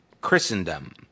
Christendom